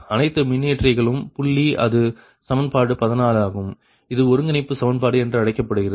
அணைத்து மின்னியற்றிகளின் புள்ளி அது சமன்பாடு 14 ஆகும் இது ஒருங்கிணைப்பு சமன்பாடு என்று அழைக்கப்படுகிறது